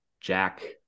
Jack